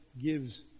gives